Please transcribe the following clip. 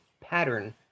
pattern